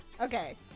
Okay